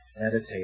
Meditate